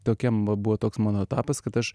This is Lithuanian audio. tokiam va buvo toks mano etapas kad aš